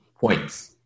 points